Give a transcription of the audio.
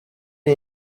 iyi